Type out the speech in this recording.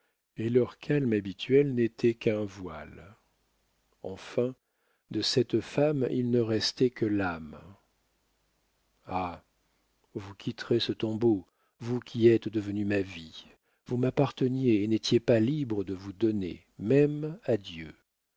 et leur calme habituel n'était qu'un voile enfin de cette femme il ne restait que l'âme ah vous quitterez ce tombeau vous qui êtes devenue ma vie vous m'apparteniez et n'étiez pas libre de vous donner même à dieu